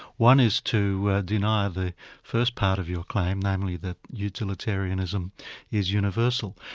one is to deny the first part of your claim, namely that utilitarianism is universal.